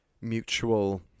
mutual